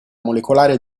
molecolare